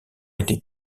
été